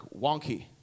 wonky